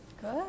Good